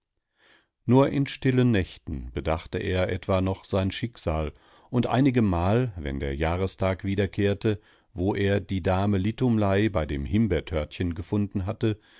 nur in stillen nächten bedachte er etwa noch sein schicksal und einige mal wenn der jahrestag wiederkehrte wo er die dame litumlei bei dem himbeertörtchen gefunden hatte